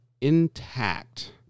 intact